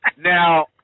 Now